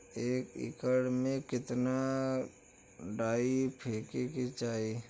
एक एकड़ में कितना डाई फेके के चाही?